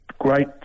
great